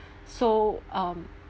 so um